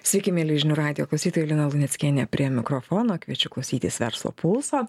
sveiki mieli žinių radijo klausytojai lina luneckienė prie mikrofono kviečiu klausytis verslo pulso